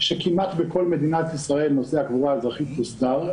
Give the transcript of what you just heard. כמעט בכל מדינת ישראל נושא הקבורה האזרחית הוסדר,